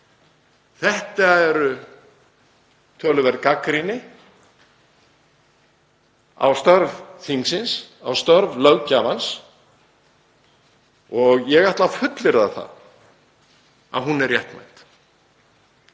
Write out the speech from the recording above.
Þetta er töluverð gagnrýni á störf þingsins, á störf löggjafans, og ég ætla að fullyrða að hún er réttmæt.